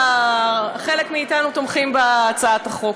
שחלק מאתנו תומכים בהצעת החוק,